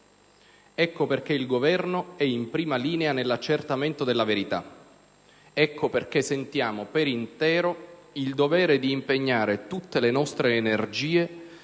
Ecco perché il Governo è in prima linea nell'accertamento della verità. Ecco perché sentiamo per intero il dovere di impegnare tutte le nostre energie